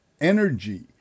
energy